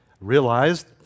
Realized